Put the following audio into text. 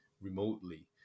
remotely